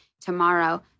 tomorrow